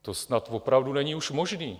To snad opravdu není už možné.